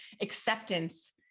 acceptance